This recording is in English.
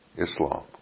Islam